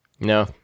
No